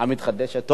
המתחדשת.